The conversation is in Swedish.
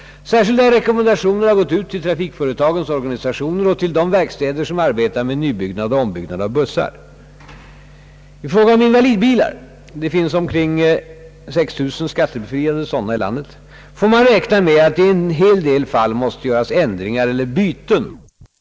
Särskilda rekommendationer har gått ut till trafikföretagens organisationer och till de verkstäder som arbetar med nybyggnad och ombyggnad av bussar. I fråga om invalidbilar — det finns omkring 6 000 skattebefriade sådana i landet — får man räkna med att det i en hel del fall måste göras ändringar eller byten från vänsterstyrda till höserstyrda fordon. I den mån sådana åtgärder blir nödvändiga till följd av trafikomläggningen, bestrids kostnaderna av statsmedel.